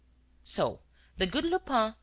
so the good lupin,